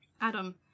Adam